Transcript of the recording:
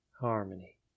harmony